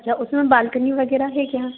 अच्छ उसमें बाल्कनी वग़ैरह है क्या